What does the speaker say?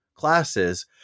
Classes